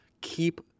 keep